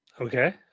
Okay